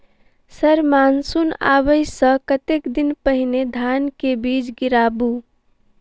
Sir monsoon आबै सऽ कतेक दिन पहिने धान केँ बीज गिराबू?